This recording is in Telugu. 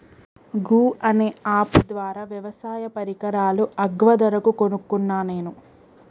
గూ అనే అప్ ద్వారా వ్యవసాయ పరికరాలు అగ్వ ధరకు కొనుకున్న నేను